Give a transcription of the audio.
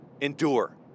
endure